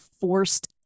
forced